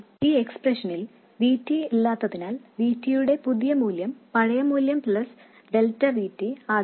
ഈ എക്സ്പ്രഷനിൽ V T ഇല്ലാത്തതിനാൽ V T യുടെ പുതിയ മൂല്യം പഴയ മൂല്യം പ്ലസ് ഡെൽറ്റ V T ആകില്ല